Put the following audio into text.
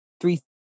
three